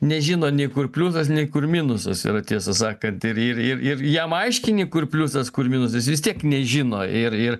nežino nei kur pliusas nei kur minusas yra tiesą sakant ir ir ir ir jam aiškini kur pliusas kur minusas vis tiek nežino ir ir